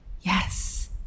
yes